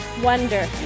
wonder